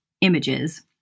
images